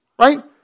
Right